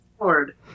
Lord